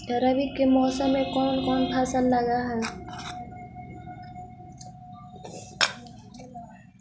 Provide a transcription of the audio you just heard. रवि के मौसम में कोन कोन फसल लग है?